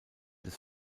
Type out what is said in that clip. des